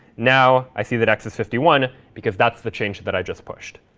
now i see that x is fifty one because that's the change that i just pushed.